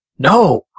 No